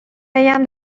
بگم